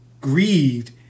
grieved